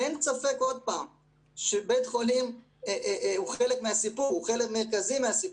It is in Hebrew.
אין ספר שבית חולים הוא חלק מרכזי מהסיפור,